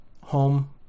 home